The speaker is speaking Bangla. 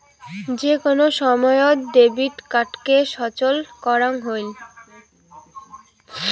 যে কোন সময়ত ডেবিট কার্ডকে সচল করাং হই